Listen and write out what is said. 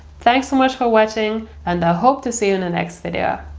thanks so much for watching, and i hope to see you in the next video.